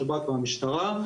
השב"כ והמשטרה,